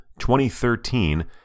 2013